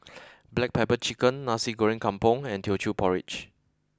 Black Pepper Chicken Nasi Goreng Kampung and Teochew Porridge